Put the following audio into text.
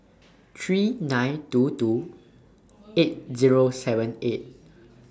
three nine two two eight Zero seven eight